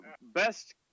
Best